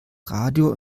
radio